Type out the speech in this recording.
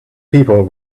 people